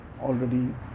already